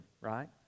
right